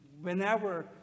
whenever